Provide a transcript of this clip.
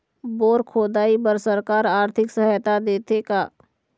Bore खोदाई बर सरकार आरथिक सहायता देथे का?